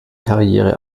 karriere